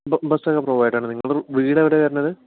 ബസ്സൊക്കെ പ്രൊവൈഡഡാണ് നിങ്ങളുടെ വീടെവിടെയാണ് വരണത്